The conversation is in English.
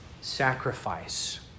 sacrifice